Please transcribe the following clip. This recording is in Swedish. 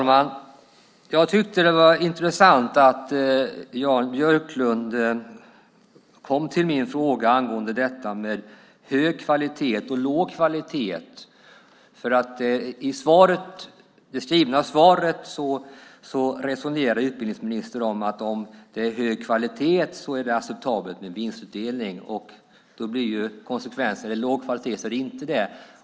Herr talman! Det var intressant att Jan Björklund kom till min fråga angående hög kvalitet och låg kvalitet. I det skrivna svaret resonerar utbildningsministern om att om det är hög kvalitet är det acceptabelt med vinstutdelning. Konsekvensen blir att om det är låg kvalitet är det inte det.